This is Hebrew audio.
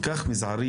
כל כך מזערית,